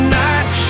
night